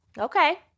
Okay